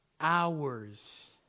Hours